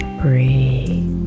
breathe